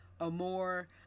Amore